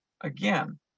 again